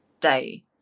day